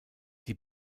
die